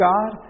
God